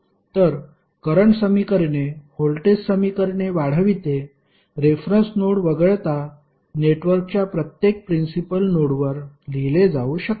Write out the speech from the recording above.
तर करंट समीकरणे व्होल्टेज समीकरणे वाढविते रेफरन्स नोड वगळता नेटवर्कच्या प्रत्येक प्रिन्सिपल नोडवर लिहिले जाऊ शकते